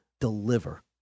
deliver